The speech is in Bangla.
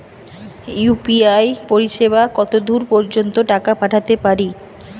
ইউ.পি.আই পরিসেবা কতদূর পর্জন্ত টাকা পাঠাতে পারি?